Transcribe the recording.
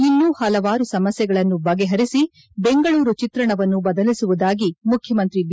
ಇನ್ನೂ ಪಲವಾರು ಸಮಸ್ಥೆಗಳನ್ನು ಬಗೆ ಪರಿಸಿ ಬೆಂಗಳೂರು ಚಿತ್ರಣವನ್ನು ಬದಲಿಸುವುದಾಗಿ ಮುಖ್ಯಮಂತ್ರಿ ಬಿ